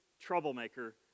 troublemaker